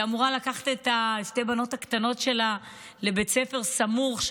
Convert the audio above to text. והיא אמורה לקחת את שתי הבנות הקטנות שלה לבית ספר סמוך,